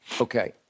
Okay